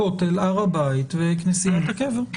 הכותל, הר הבית וכנסיית הקבר.